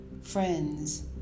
friends